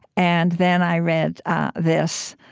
and then i read this.